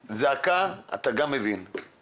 המקצוע, ידעו לבוא ולהביא את הבשורה באיזושהי